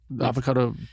avocado